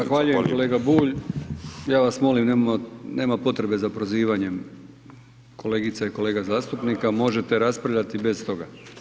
Zahvaljujem kolega Bulj, ja vas molim nema potrebe za prozivanjem kolegica i kolega zastupnika, možete raspravljati bez toga.